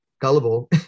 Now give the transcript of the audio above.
gullible